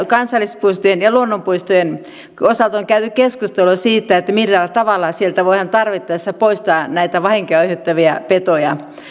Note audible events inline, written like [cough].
[unintelligible] kansallispuistojen ja luonnonpuistojen osalta on käyty keskustelua siitä millä tavalla sieltä voidaan tarvittaessa poistaa vahinkoja aiheuttavia petoja